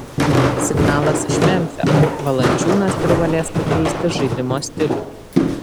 signalas iš memfio valančiūnas privalės pakeisti žaidimo stilių